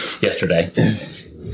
yesterday